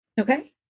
Okay